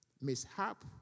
mishap